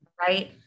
Right